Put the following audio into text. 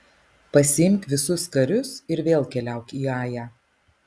pasiimk visus karius ir vėl keliauk į ają